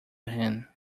him